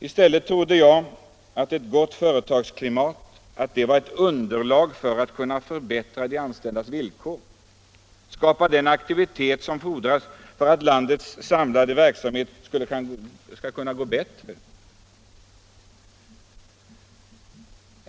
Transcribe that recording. I stället trodde jag att ett gott företagarklimat var ett underlag för att kunna förbättra de anställdas villkor och skapa den aktivitet som fordras för att landets samlade verksamhet skall drivas bättre.